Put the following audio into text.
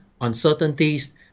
uncertainties